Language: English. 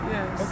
Yes